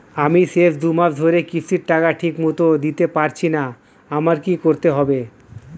আমি শেষ দুমাস ধরে কিস্তির টাকা ঠিকমতো দিতে পারছিনা আমার কি করতে হবে?